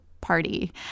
party